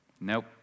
nope